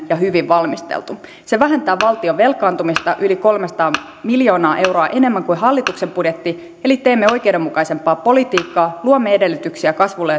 ja hyvin valmisteltu se vähentää valtion velkaantumista yli kolmesataa miljoonaa euroa enemmän kuin hallituksen budjetti eli teemme oikeudenmukaisempaa politiikkaa luomme edellytyksiä kasvulle